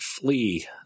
flee